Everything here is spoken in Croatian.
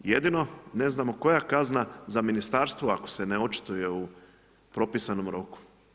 Jedino ne znamo koja je kazna za ministarstvo ako se ne očituje u propisanom roku.